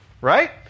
right